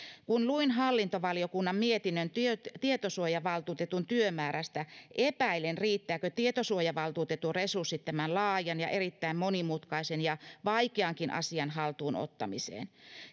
luin hallintovaliokunnan mietinnön tietosuojavaltuutetun työmäärästä ja epäilen riittävätkö tietosuojavaltuutetun resurssit tämän laajan erittäin monimutkaisen ja vaikeankin asian haltuun ottamiseen